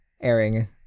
Airing